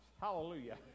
Hallelujah